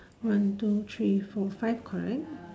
one two three four five correct